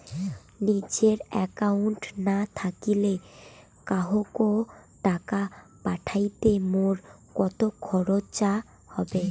নিজের একাউন্ট না থাকিলে কাহকো টাকা পাঠাইতে মোর কতো খরচা হবে?